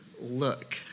look